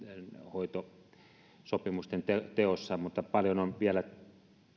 hoitosopimusten teossa mutta paljon on vielä